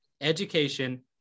education